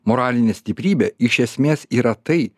moralinė stiprybė iš esmės yra tai